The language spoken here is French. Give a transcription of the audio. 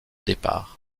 départ